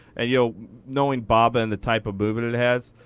and you know knowing baba, and the type of movement it has,